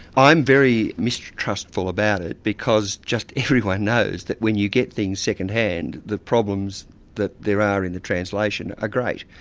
i'm very mistrustful about it, because just everyone knows that when you get things second-hand, the problems that there are in the translation are great.